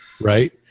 right